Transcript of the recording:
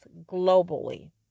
globally